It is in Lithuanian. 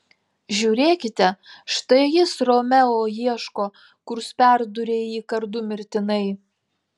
žiūrėkite štai jis romeo ieško kurs perdūrė jį kardu mirtinai